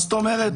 מה זאת אומרת?